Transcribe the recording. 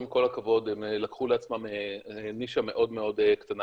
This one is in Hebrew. מאור, עם כל הכבוד, לקחו לעצמם נישה מאוד קטנה.